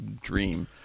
dream